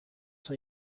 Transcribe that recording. s’en